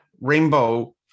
rainbow